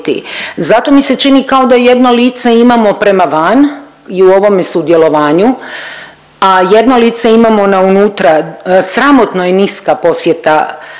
Zato mi se čini da kao da jedno lice imamo prema van i u ovome sudjelovanju, a jedno lice imamo na unutra. Sramotno je niska posjeta